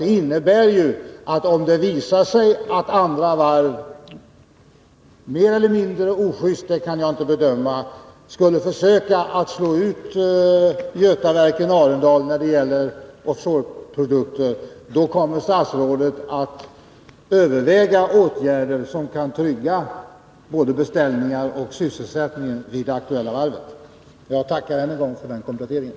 Det innebär att statsrådet, om det visar sig att andra varv mer eller mindre ojust — det kan jag inte bedöma — skulle försöka slå ut Götaverken Arendal när det gäller offshore-produkter, kommer att överväga åtgärder som kan trygga både beställningar och sysselsättning vid det aktuella varvet. Jag tackar än en gång för den kompletteringen.